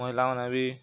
ମହିଲା ମାନେ ବି